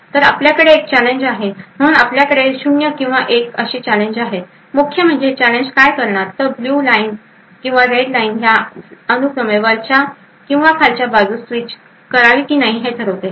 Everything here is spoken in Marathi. तर आपल्याकडे एक चॅलेंज आहे म्हणून आपल्याकडे 0 किंवा 1 अशी चॅलेंज आहेत आणि मुख्य म्हणजे हे चॅलेंज काय करणार तर किंवा ब्ल्यू लाईन किंवा रेड लाईन ह्या अनुक्रमे वरच्या किंवा खालच्या बाजूस स्विच करावी की नाही हे ठरवते